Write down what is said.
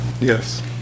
Yes